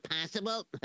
possible